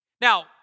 Now